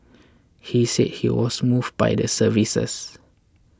he said he was moved by the services